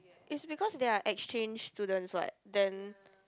it's because they are exchange students what then